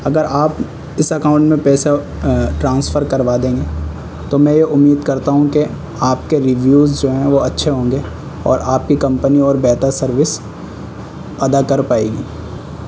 اگر آپ اس اکاؤنٹ میں پیسے ٹرانسفر کروا دیں گے تو میں یہ امید کرتا ہوں کہ آپ کے ریویوز جو ہیں وہ اچھے ہوں گے اور آپ کی کمپنی اور بہتر سروس ادا کر پائے گی